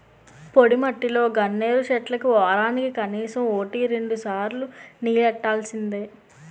పొడిమట్టిలో గన్నేరు చెట్లకి వోరానికి కనీసం వోటి రెండుసార్లు నీల్లెట్టాల్సిందే